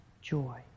joy